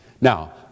Now